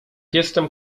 jestem